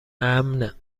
امن